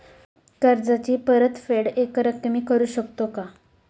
कर्जाची परतफेड एकरकमी करू शकतो का?